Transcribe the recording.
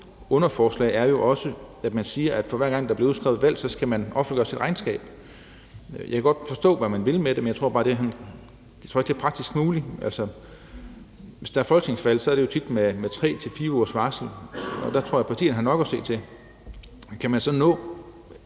underforslag jo også er, at man siger, at for hver gang der bliver udskrevet valg, skal man offentliggøre sit regnskab. Jeg kan godt forstå, hvad man vil med det, men jeg tror bare ikke, det er praktisk muligt. Hvis der er folketingsvalg, er det jo tit med 3-4 ugers varsel, og der tror jeg, partierne har nok at se til. Kan man så nå